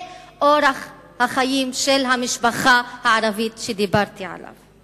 זה אורח החיים של המשפחה הערבית שדיברתי עליו.